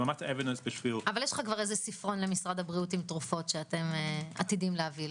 אבל כבר יש לך ספרון למשרד הבריאות שאתם עתידים להביא,